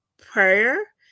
prayer